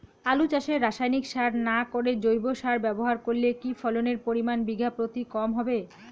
আলু চাষে রাসায়নিক সার না করে জৈব সার ব্যবহার করলে কি ফলনের পরিমান বিঘা প্রতি কম হবে?